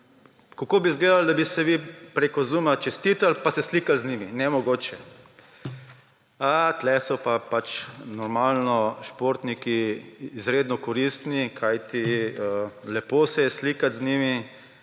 kako bi izgledalo, da bi jim vi preko Zooma čestitali in se slikali z njimi? Nemogoče. A, tukaj so pa pač normalno športniki izredno koristni, kajti lepo se je slikati z njimi,